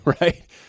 right